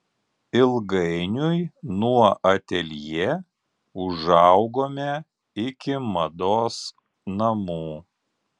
ilgainiui nuo ateljė užaugome iki mados namų